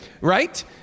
Right